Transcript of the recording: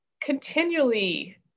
continually